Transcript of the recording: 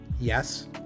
Yes